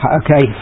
okay